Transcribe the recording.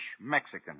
Mexican